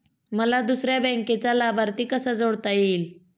मला दुसऱ्या बँकेचा लाभार्थी कसा जोडता येईल?